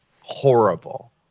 horrible